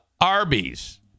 Arby's